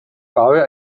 baue